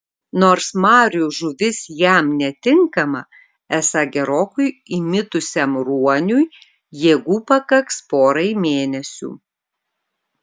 nors marių žuvis jam netinkama esą gerokai įmitusiam ruoniui jėgų pakaks porai mėnesių